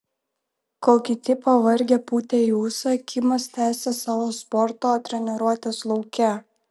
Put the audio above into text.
kol kiti pavargę pūtė į ūsą kimas tęsė savo sporto treniruotes lauke